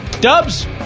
Dubs